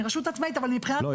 אני רשות עצמאית --- לא,